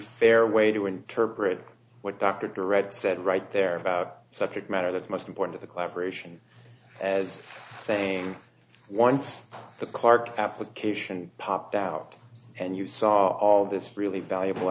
fair way to interpret what dr direct said right there about subject matter that's most important the collaboration as saying once the clarke application popped out and you saw all this really valuable